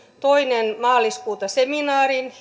toinen maaliskuuta seminaarin